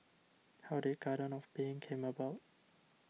how did Garden of Being came about